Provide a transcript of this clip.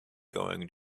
going